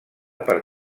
per